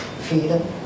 freedom